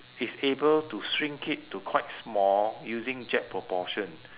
is able to shrink it to quite small using jet propulsion